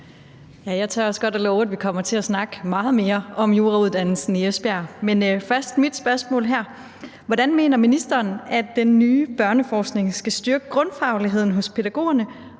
Jeg tør også godt love, at vi kommer til at snakke meget mere om jurauddannelsen i Esbjerg. Men først er der mit spørgsmål her: Hvordan mener ministeren at den nye børneforskning skal styrke grundfagligheden hos pædagogerne,